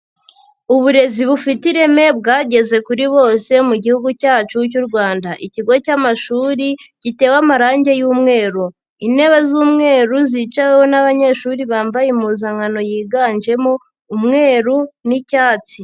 Uburezi bufite ireme bwageze kuri bose mu Gihugu cyacu cy'u Rwanda, ikigo cy'amashuri gitewe amarangi y'umweru, intebe z'umweru ziciweho n'abanyeshuri bambaye impuzankano yiganjemo umweru n'icyatsi.